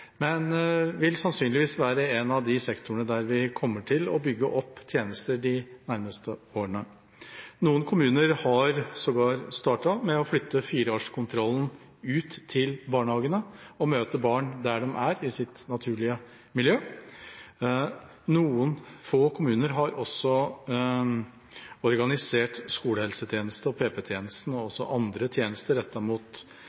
men vil sannsynligvis være en av de sektorene der vi kommer til å bygge opp tjenester de nærmeste årene. Noen kommuner har sågar startet med å flytte 4-årskontrollen ut til barnehagene og møte barn der de er, i sitt naturlige miljø. Noen få kommuner har også organisert skolehelsetjenesten og PP-tjenesten og også andre tjenester rettet mot småbarnsfamilier og